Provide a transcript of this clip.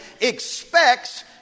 expects